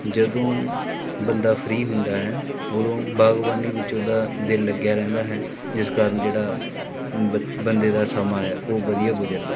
ਜਦੋਂ ਬੰਦਾ ਫਰੀ ਹੁੰਦਾ ਹੈ ਉਦੋਂ ਬਾਗਬਾਨੀ ਵਿੱਚ ਉਹਦਾ ਦਿਲ ਲੱਗਿਆ ਰਹਿੰਦਾ ਹੈ ਜਿਸ ਕਾਰਨ ਜਿਹੜਾ ਬ ਬੰਦੇ ਦਾ ਸਮਾਂ ਹੈ ਉਹ ਵਧੀਆ ਗੁਜ਼ਰਦਾ ਹੈ